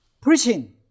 preaching